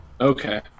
Okay